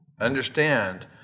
Understand